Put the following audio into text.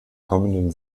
kommenden